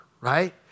right